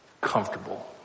comfortable